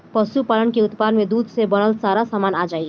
पशुपालन के उत्पाद में दूध से बनल सारा सामान आ जाई